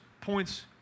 points